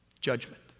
Judgment